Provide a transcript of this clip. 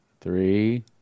three